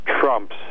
Trump's